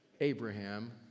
Abraham